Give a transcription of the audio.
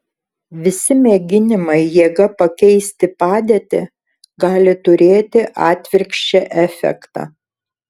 visi mėginimai jėga pakeisti padėtį gali turėti atvirkščią efektą